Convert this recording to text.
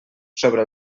sobre